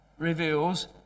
reveals